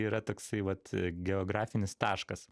yra toksai vat geografinis taškas